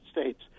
States